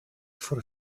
for